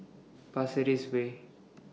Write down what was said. Pasir Ris Way